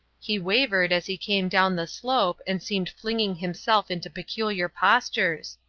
he wavered as he came down the slope and seemed flinging himself into peculiar postures.